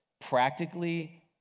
Practically